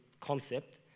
concept